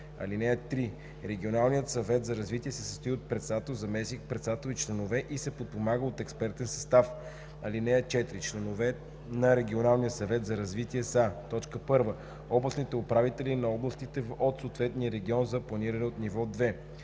2. (3) Регионалният съвет за развитие се състои от председател, заместник-председател и членове и се подпомага от експертен състав. (4) Членове на регионалния съвет за развитие са: 1. областните управители на областите от съответния регион за планиране от ниво 2;